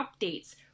updates